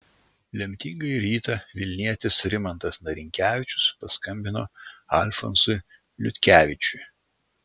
lemtingąjį rytą vilnietis rimantas narinkevičius paskambino alfonsui liutkevičiui